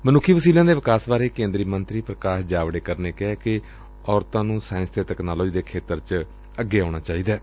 ਮਨੁੱਖੀ ਵਸੀਲਿਆਂ ਦੇ ਵਿਕਾਸ ਬਾਰੇ ਕੇਂਦਰੀ ਮੰਤਰੀ ਪੁਕਾਸ ਜਾਵੇੜਕਰ ਨੇ ਕਿਹੈ ਕਿ ਔਰਤਾਂ ਨੂੰ ਸਾਇੰਸ ਅਤੇ ਤਕਨਾਲੋਜੀ ਦੇ ਖੇਤਰ ਵਿਚ ਅੱਗੇ ਆਉਣਾ ਚਾਹੀਦੈ